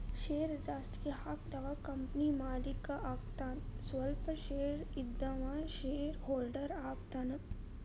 share ಜಾಸ್ತಿ ಹಾಕಿದವ company ಮಾಲೇಕ ಆಗತಾನ ಸ್ವಲ್ಪ ಶೇರ್ ಇದ್ದವ ಶೇರ್ ಹೋಲ್ಡರ್ ಆಗತಾನ